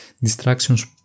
distractions